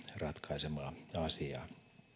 ratkaisemaa asiaa